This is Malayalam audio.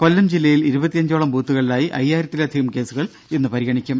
കൊല്ലം ജില്ലയിൽ ഇരുപത്തിയഞ്ചോളം ബൂത്തുകളിലായി അയ്യായിരത്തിലധികം കേസുകൾ പരിഗണിക്കും